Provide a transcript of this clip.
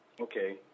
Okay